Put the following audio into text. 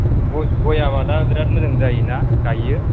गय गय आबादा बेराद मोजां जायो ना गाइयो